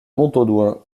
montaudoin